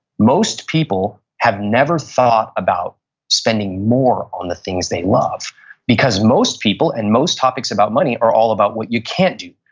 most people have never thought about spending more on the things they love because most people and most topics about money are all about what you can't do.